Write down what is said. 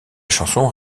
chanson